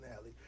alley